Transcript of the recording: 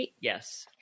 Yes